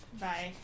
Bye